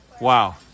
Wow